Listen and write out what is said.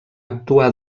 actuar